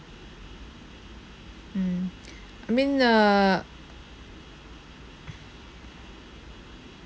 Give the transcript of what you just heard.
mm I mean uh